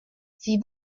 sie